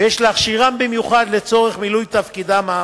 ויש להכשירם במיוחד לצורך מילוי תפקידם האמור,